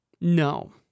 No